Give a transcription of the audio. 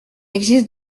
existe